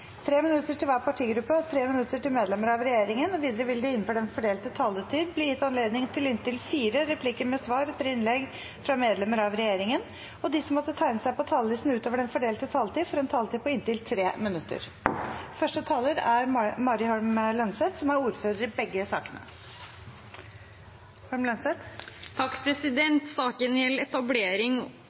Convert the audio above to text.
til hver partigruppe og 3 minutter til medlemmer av regjeringen. Videre vil det – innenfor den fordelte taletid – bli gitt anledning til inntil fire replikker med svar etter innlegg fra medlemmer av regjeringen, og de som måtte tegne seg på talerlisten utover den fordelte taletid, får også en taletid på inntil 3 minutter.